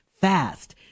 fast